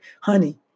honey